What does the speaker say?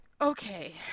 Okay